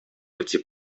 пути